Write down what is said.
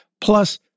Plus